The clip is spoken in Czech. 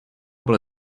byl